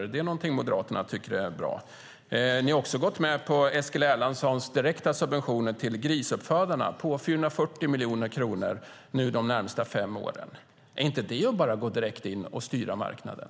Är det någonting som Moderaterna tycker är bra? Ni har också gått med på Eskil Erlandssons direkta subventioner till grisuppfödarna på 440 miljoner kronor de närmaste fem åren. Är inte det att gå direkt in och styra marknaden?